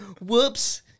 Whoops